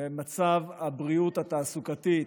על מצב הבריאות התעסוקתית,